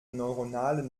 neuronale